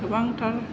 गोबांथार